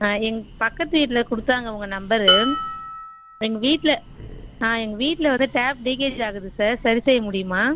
எங்கள் பக்கத்து வீட்டில் கொடுத்தாங்க உங்கள் நம்பரு எங்கள் வீட்டில் ஆமாம் எங்கள் வீட்டில் ஒரு டேப் லீக்கேஜ் ஆகுது சார் சரி செய்ய முடியுமா